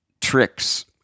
tricks